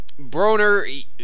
Broner